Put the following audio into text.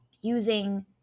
using